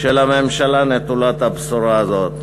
של הממשלה נטולת הבשורה הזאת.